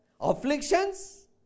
afflictions